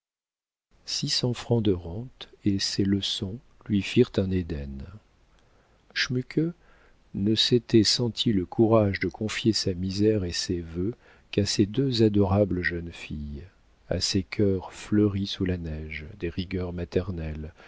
cents francs de rente et ses leçons lui firent un éden schmuke ne s'était senti le courage de confier sa misère et ses vœux qu'à ces deux adorables jeunes filles à ces cœurs fleuris sous la neige des rigueurs maternelles